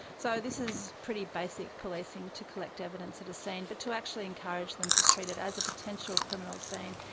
so this is pretty basic policing, to collect evidence at a scene, but to actually encourage them to treat it as a potential criminal scene,